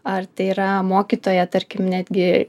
ar tai yra mokytoja tarkim netgi